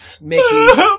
Mickey